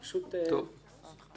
תודה.